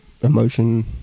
emotion